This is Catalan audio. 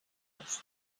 los